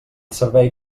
servei